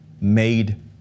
made